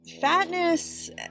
fatness